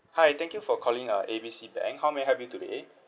hi thank you for calling uh A B C bank how may I help you today